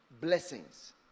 blessings